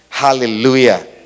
Hallelujah